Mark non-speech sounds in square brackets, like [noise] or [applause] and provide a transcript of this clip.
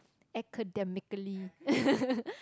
academically [laughs]